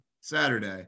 Saturday